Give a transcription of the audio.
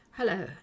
Hello